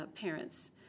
parents